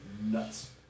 Nuts